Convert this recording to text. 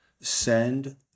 send